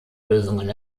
lösungen